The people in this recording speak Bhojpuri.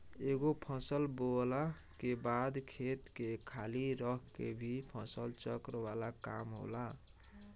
एगो फसल बोअला के बाद खेत के खाली रख के भी फसल चक्र वाला काम होला